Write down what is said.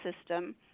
system